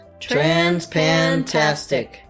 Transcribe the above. Transpantastic